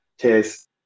Cheers